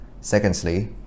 Secondly